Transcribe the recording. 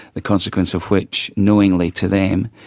the consequence of which, knowingly to them,